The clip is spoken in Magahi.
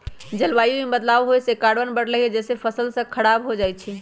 जलवायु में बदलाव होए से कार्बन बढ़लई जेसे फसल स खराब हो जाई छई